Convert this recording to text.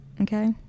okay